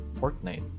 Fortnite